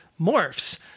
morphs